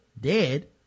dead